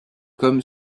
comme